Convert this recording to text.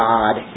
God